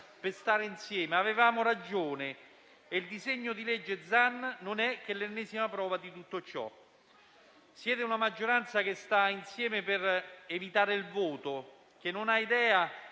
per stare insieme, avevamo ragione e il disegno di legge Zan non è che l'ennesima prova di tutto ciò. Siete una maggioranza che sta insieme per evitare il voto, che non ha idee